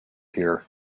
here